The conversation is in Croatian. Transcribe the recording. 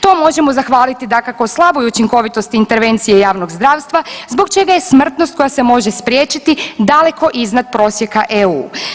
To možemo zahvaliti dakako slaboj učinkovitosti intervencije javnog zdravstva zbog čega je smrtnost koja se može spriječiti daleko iznad prosjeka EU.